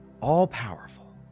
all-powerful